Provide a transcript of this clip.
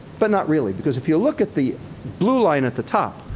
but not really because if you look at the blue line at the top,